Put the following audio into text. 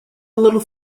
little